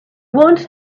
want